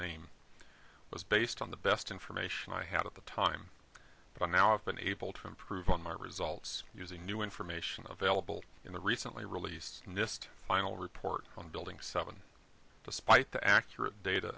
it was based on the best information i had at the time but now i've been able to improve on my results using new information available in the recently released nist final report on building seven despite the accurate data